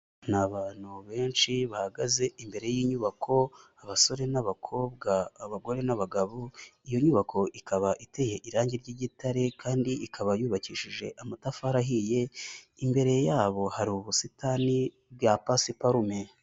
Ni abantu benshi bahagaze imbere y'inyubako, abasore n'abakobwa, abagore n'abagabo, iyo nyubako ikaba iteye irangi ry'igitare kandi ikaba yubakishije amatafari ahiye, imbere yabo hari ubusitani bwa pasiparume.